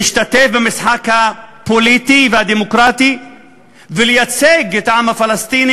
להשתתף במשחק הפוליטי והדמוקרטי ולייצג את העם הפלסטיני